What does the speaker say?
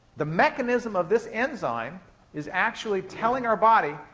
the mechanism of this enzyme is actually telling our body,